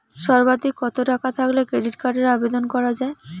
সর্বাধিক কত টাকা থাকলে ক্রেডিট কার্ডের আবেদন করা য়ায়?